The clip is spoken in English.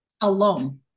Alone